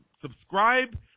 Subscribe